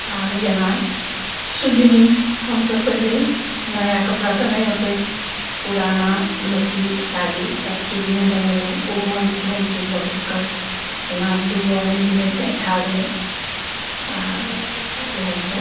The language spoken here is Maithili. आर जेना सुजनी हमसब पहिले नया कपड़ा तऽ नहि ओतेक पुराना धोती साड़ी सब सुजनी बनेलहुँ ओहोमे बुझाइ छै बहुत कष्ट जेना दू अङ्गुरी बुझाइ छै एहिठाम गेल आओर इएह सब